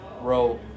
row